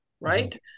right